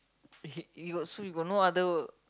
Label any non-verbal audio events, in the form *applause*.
*noise* you got so you got no other